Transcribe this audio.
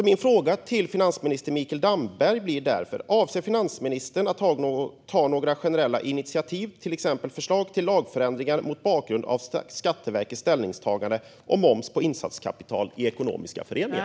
Min fråga till finansminister Mikael Damberg blir: Avser finansministern att ta några generella initiativ, till exempel förslag till lagförändringar mot bakgrund av Skatteverkets ställningstagande om moms på insatskapital i ekonomiska föreningar?